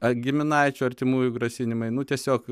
ar giminaičių artimųjų grasinimai nu tiesiog